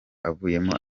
avuyemo